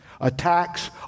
Attacks